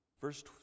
Verse